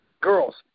girls